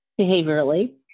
behaviorally